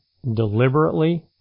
deliberately